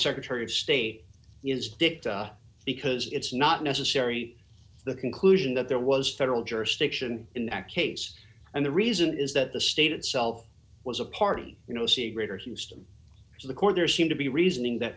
secretary of state used it because it's not necessary the conclusion that there was federal jurisdiction in that case and the reason is that the state itself was a party you know see greater houston so the court there seem to be reasoning that